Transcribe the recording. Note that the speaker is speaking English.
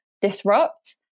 Disrupt